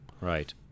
Right